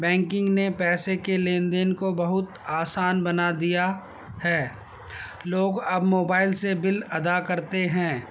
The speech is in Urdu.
بینکنگ نے پیسے کے لین دین کو بہت آسان بنا دیا ہے لوگ اب موبائل سے بل ادا کرتے ہیں